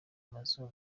mazu